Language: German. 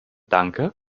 danke